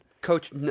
Coach